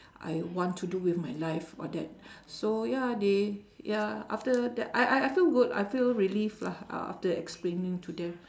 I want to do with my life all that so ya they ya after that I I I feel good I feel relieved lah uh after explaining to them